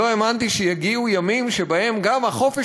לא האמנתי שיגיעו ימים שבהם גם החופש